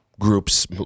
groups